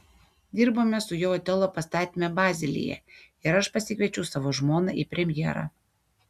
dirbome su juo otelo pastatyme bazelyje ir aš pasikviečiau savo žmoną į premjerą